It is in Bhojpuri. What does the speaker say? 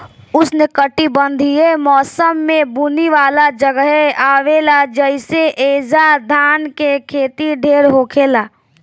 उष्णकटिबंधीय मौसम में बुनी वाला जगहे आवेला जइसे ऐजा धान के खेती ढेर होखेला